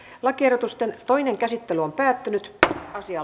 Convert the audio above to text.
lakiehdotusten toinen käsittely päättyi